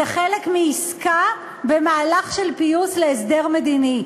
זה חלק מעסקה במהלך של פיוס, להסדר מדיני.